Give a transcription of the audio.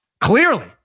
Clearly